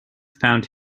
found